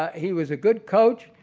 he was a good coach.